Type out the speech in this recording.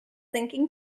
thinking